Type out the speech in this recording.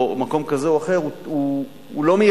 או מקום כזה או אחר לא מייצג,